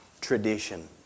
Tradition